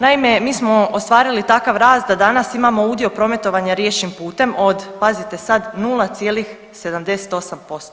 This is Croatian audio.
Naime, mi smo ostvarili takav rast da danas imamo udio prometovanja riječnim putem od pazite sad 0,78%